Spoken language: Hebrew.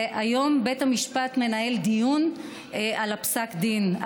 והיום בית המשפט מנהל דיון על פסק הדין,